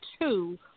two